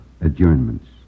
adjournments